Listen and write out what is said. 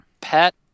Pet